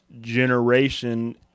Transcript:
generation